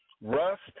rust